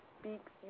speaks